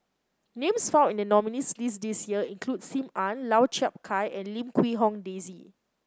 names found in the nominees' list this year include Sim Ann Lau Chiap Khai and Lim Quee Hong Daisy